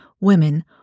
women